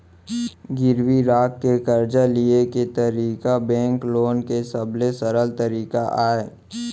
गिरवी राख के करजा लिये के तरीका बेंक लोन के सबले सरल तरीका अय